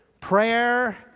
prayer